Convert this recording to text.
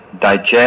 digest